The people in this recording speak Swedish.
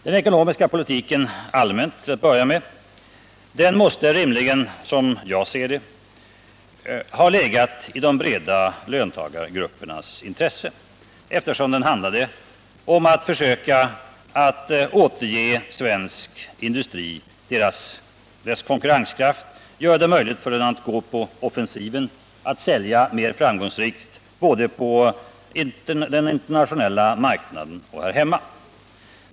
Den ekonomiska politiken allmänt, till att börja med, måste rimligen, som jag ser det, ha legat i de breda löntagargruppernas intresse, eftersom den handlade om ett försök att återge svensk industri dess konkurrenskraft, göra det möjligt för den att gå på offensiven, att sälja mer framgångsrikt både på den internationella marknaden och här hemma.